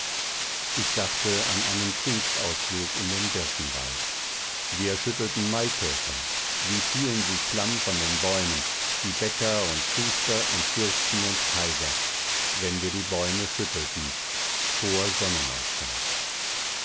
ich dachte an einen pfingstausflug in den birkenwald wir schüttelten maikäfer wie fielen sie klamm von den bäumen die bäcker und schuster und fürsten und kaiser wenn wir die bäume schüttelten vor sonnenaufgang